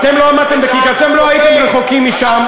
אתם לא עמדתם בכיכר, אתם לא הייתם רחוקים משם.